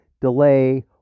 delay